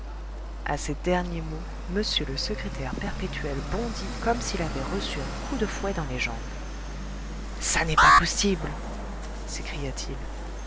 a ces derniers mots m le secrétaire perpétuel bondit comme s'il avait reçu un coup de fouet dans les jambes ça n'est pas possible